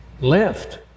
left